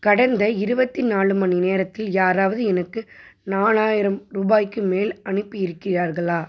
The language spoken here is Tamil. கடந்த இருபத்தி நாலு மணி நேரத்தில் யாராவது எனக்கு நாலாயிரம் ரூபாய்க்கு மேல் அனுப்பி இருக்கிறார்களா